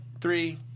three